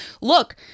look